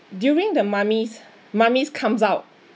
during the mummies mummies comes out